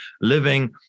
living